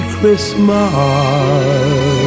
Christmas